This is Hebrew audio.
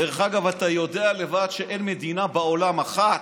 דרך אגב, אתה יודע לבד שאין מדינה בעולם, אחת,